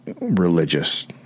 religious